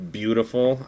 beautiful